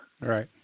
Right